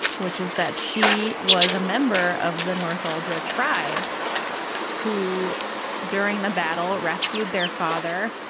which is that she was a member of the north elda, a tribe who during the battle rescued their father,